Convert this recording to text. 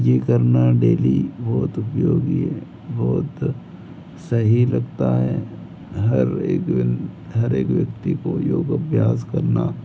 यह करना डेली बहुत उपयोगी है बहुत सही लगता है हर एक दिन हर एक व्यक्ति को योग अभ्यास करना